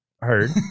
heard